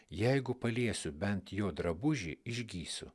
jeigu paliesiu bent jo drabužį išgysiu